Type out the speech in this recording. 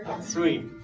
Sweet